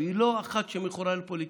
היא לא אחת שמכורה לפוליטיקה,